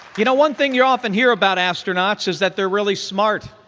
you know, one thing you often hear about astronauts is that they're really smart,